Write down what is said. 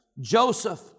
Joseph